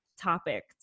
topic